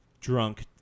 drunk